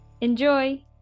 Enjoy